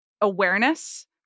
Awareness